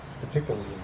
particularly